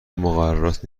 مقررات